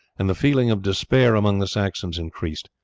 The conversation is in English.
and the feeling of despair among the saxons increased.